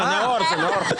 נאור, נאור.